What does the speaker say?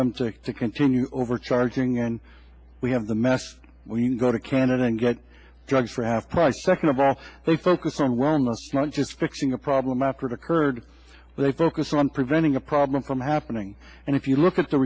them to continue overcharging and we have the mass we go to canada and get drugs for half price second of all they focus on wellness not just fixing a problem after it occurred they focus on preventing a problem from happening and if you look at the